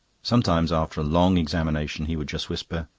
sometimes, after a long examination, he would just whisper,